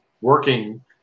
working